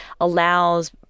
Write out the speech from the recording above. allows